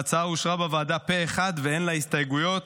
ההצעה אושרה בוועדה פה אחד ואין לה הסתייגויות.